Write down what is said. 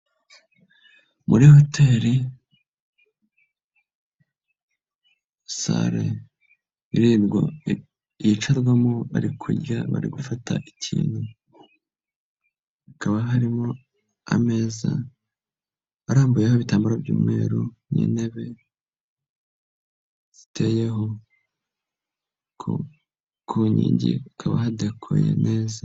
Muri hoteli, sale yicarwamo bari kurya bari gufata ikintu, hakaba harimo ameza arambuyeho ibitambaro by'umweru, n'intebe ziteyeho ku nkingi hakaba hadakoreye neza.